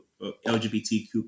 LGBTQ